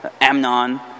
Amnon